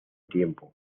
tiempo